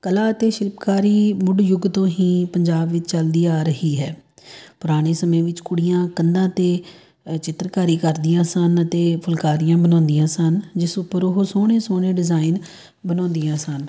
ਕਲਾ ਅਤੇ ਸ਼ਿਲਪਕਾਰੀ ਮੁੱਢ ਯੁੱਗ ਤੋਂ ਹੀ ਪੰਜਾਬ ਵਿੱਚ ਚੱਲਦੀ ਆ ਰਹੀ ਹੈ ਪੁਰਾਣੇ ਸਮੇਂ ਵਿੱਚ ਕੁੜੀਆਂ ਕੰਧਾਂ 'ਤੇ ਚਿੱਤਰਕਾਰੀ ਕਰਦੀਆਂ ਸਨ ਅਤੇ ਫੁਲਕਾਰੀਆਂ ਬਣਾਉਂਦੀਆਂ ਸਨ ਜਿਸ ਉੱਪਰ ਉਹ ਸੋਹਣੇ ਸੋਹਣੇ ਡਿਜ਼ਾਇਨ ਬਣਾਉਂਦੀਆਂ ਸਨ